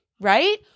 right